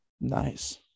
Nice